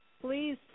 please